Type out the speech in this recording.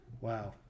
wow